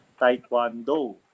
taekwondo